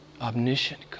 omniscient